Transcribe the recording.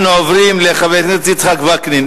אנחנו עוברים לחבר הכנסת יצחק וקנין,